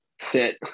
sit